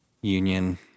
union